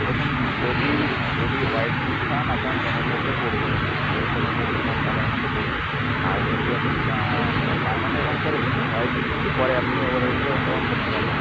দেখুন যদি যদি হোয়াইট সিমেন্ট খাওয়ান আপনার কমের মধ্যে পড়বে হয়তো কমসমের মধ্যে কম টাকার মধ্যে পড়বে আর যদি আপনি মানে পার্মানেন্ট রঙ করে দিন হোয়াইট সিমেন্ট কী পরে আপনি ওগুলোর উপরে অন্য রঙ করতে পারবেন